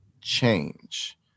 change